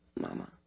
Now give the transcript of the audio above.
mama